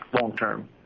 long-term